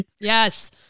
Yes